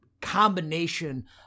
combination